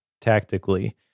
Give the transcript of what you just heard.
Tactically